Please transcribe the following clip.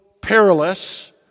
perilous